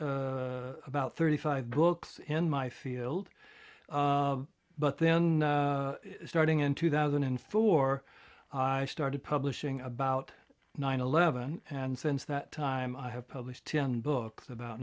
about thirty five books in my field but then starting in two thousand and four i started publishing about nine eleven and since that time i have published ten books about